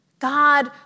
God